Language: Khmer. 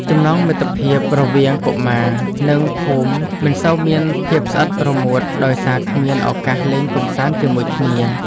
ចំណងមិត្តភាពរវាងកុមារក្នុងភូមិមិនសូវមានភាពស្អិតរមួតដោយសារគ្មានឱកាសលេងកម្សាន្តជាមួយគ្នា។